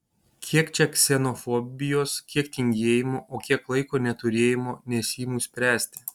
kiek čia ksenofobijos kiek tingėjimo o kiek laiko neturėjimo nesiimu spręsti